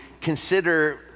consider